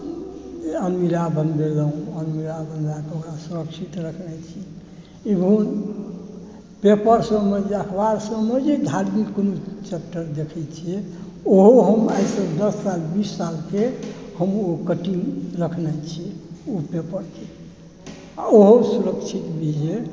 अलमीरा बनबेलहुँ अलमीरा बनबैकऽ ओकरा सुरक्षित रखने छी ई पेपरसभमे जे अख़बारसभमे जे धार्मिक कोनो चैप्टर देखै छियै ओहो हम आइसँ दस साल बीस सालके हम ओ कटिंग राखने छियै ओ पेपरके आ ओहो सुरक्षित बुझिऔ जे